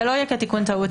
וזה לא יהיה כתיקון טעות,